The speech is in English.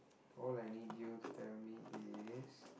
all I need you to tell me is